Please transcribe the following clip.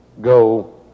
go